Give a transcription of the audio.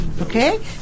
okay